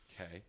okay